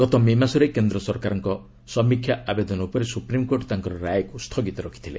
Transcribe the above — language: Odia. ଗତ ମେ ମାସରେ କେନ୍ଦ୍ ସରକାରଙ୍କ ସମକ୍ଷୋ ଆବେଦନ ଉପରେ ସୁପ୍ରିମକୋର୍ଟ ତାଙ୍କର ରାୟକୁ ସ୍ଥଗିତ ରଖିଥିଲେ